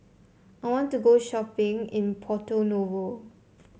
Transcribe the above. I want to go shopping in Porto Novo